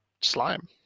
slime